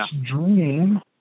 dream